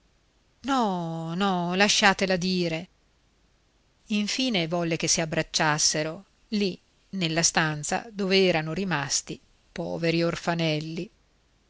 no no lasciatela dire infine volle che si abbracciassero lì nella stanza dove erano rimasti poveri orfanelli